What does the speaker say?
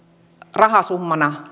rahasummana